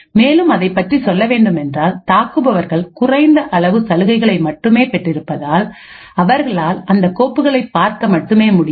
மேலும் அதைப் பற்றி சொல்ல வேண்டுமென்றால் தாக்குபவர்கள் குறைந்த அளவு சலுகைகளை மட்டுமே பெற்றிருப்பதால் அவர்களால் அந்த கோப்புகளை பார்க்க மட்டுமே முடியும்